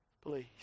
Please